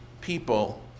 people